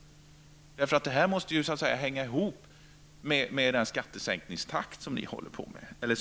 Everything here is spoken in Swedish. Detta måste ju hänga ihop med den skattesänkningstakt som ni vill ha.